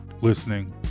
listening